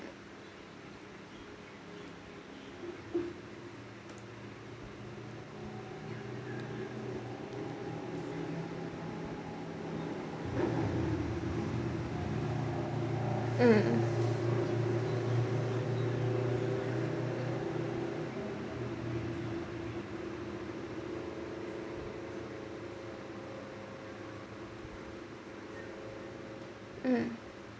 um um